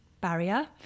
barrier